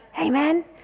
Amen